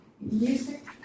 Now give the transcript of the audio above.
music